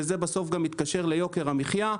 וזה בסוף גם מתקשר ליוקר המחיה,